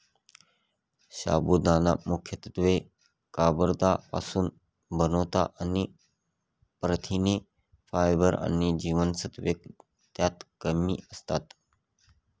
साबुदाणा मुख्यत्वे कर्बोदकांपासुन बनतो आणि प्रथिने, फायबर आणि जीवनसत्त्वे त्यात कमी असतात